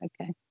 okay